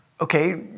okay